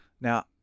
Now